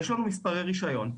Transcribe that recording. יש לנו מספרי רישיון.